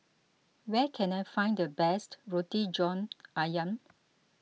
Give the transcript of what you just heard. where can I find the best Roti John Ayam